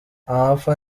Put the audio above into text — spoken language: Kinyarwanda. amapfa